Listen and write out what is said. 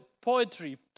poetry